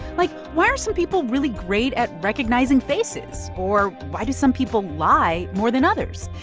like, why are some people really great at recognizing faces? or why do some people lie more than others?